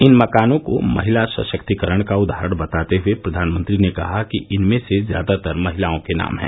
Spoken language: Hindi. इन मकानों को महिला सशक्तीकरण का उदाहरण बताते हुए प्रधानमंत्री ने कहा कि इनमें से ज्यादातर महिलाओं के नाम हैं